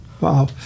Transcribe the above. wow